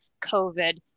COVID